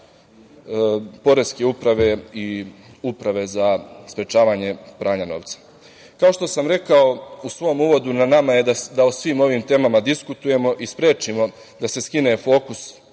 Poreske uprave i Uprave za sprečavanje pranja novca. Kao što sam rekao u samom uvodu, na nama je da o svim ovim temama diskutujemo i sprečimo da se skine fokus